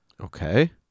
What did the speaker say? Okay